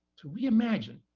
to reimagine,